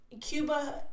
Cuba